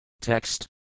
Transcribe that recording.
Text